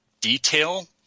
detail